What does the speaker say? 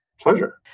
Pleasure